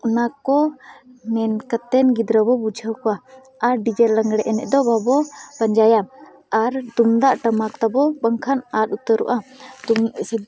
ᱚᱱᱟ ᱠᱚ ᱢᱮᱱ ᱠᱟᱛᱮᱱ ᱜᱤᱫᱽᱨᱟᱹ ᱵᱚ ᱵᱩᱡᱷᱟᱹᱣ ᱠᱚᱣᱟ ᱟᱨ ᱰᱤᱡᱮ ᱞᱟᱸᱜᱽᱲᱮ ᱮᱱᱮᱡ ᱫᱚ ᱵᱟᱵᱚ ᱯᱟᱸᱡᱟᱭᱟ ᱟᱨ ᱛᱩᱢᱫᱟᱜ ᱴᱟᱢᱟᱠ ᱛᱟᱵᱚ ᱵᱟᱝᱠᱷᱟᱱ ᱟᱫ ᱩᱛᱟᱹᱨᱚᱜᱼᱟ ᱛᱩᱢ ᱥᱮ